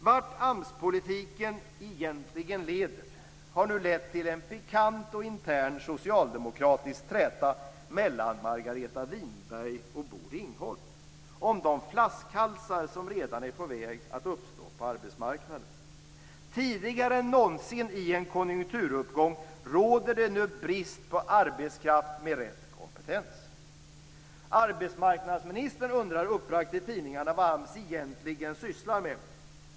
Vart AMS-politiken egentligen leder har nu lett till en pikant intern socialdemokratisk träta mellan Margareta Winberg och Bo Ringholm om de flaskhalsar som redan är på väg att uppstå på arbetsmarknaden. Tidigare än någonsin i en konjunkturuppgång råder det nu brist på arbetskraft med rätt kompetens. Arbetsmarknadsministern undrar uppbragt i tidningarna vad AMS egentligen sysslar med.